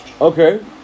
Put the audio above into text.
okay